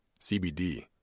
CBD